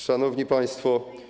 Szanowni Państwo!